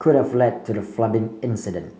could have led to the flooding incident